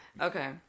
Okay